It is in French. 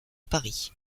paris